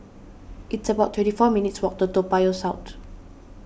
it's about twenty four minutes' walk to Toa Payoh South